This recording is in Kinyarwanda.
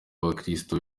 abakirisitu